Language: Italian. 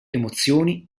emozioni